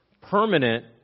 permanent